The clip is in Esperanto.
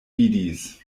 vidis